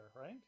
right